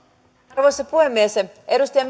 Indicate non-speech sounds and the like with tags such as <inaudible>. arvoisa puhemies edustaja <unintelligible>